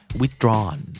withdrawn